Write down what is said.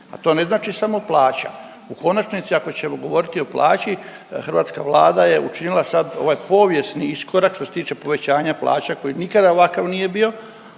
a to ne znači samo plaća. U konačnici ako ćemo govoriti o plaći hrvatska Vlada je učinila sad ovaj povijesni iskorak što se tiče povećanja plaća koji nikada ovakav nije bio,